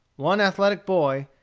one athletic boy,